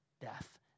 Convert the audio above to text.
death